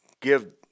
give